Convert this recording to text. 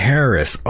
Harris